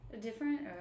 Different